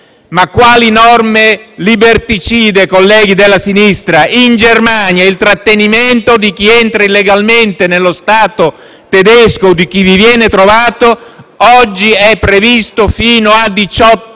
Ma quali norme liberticide, colleghi della sinistra? In Germania il trattenimento di chi entra illegalmente nello Stato tedesco o di chi vi viene trovato oggi è previsto fino a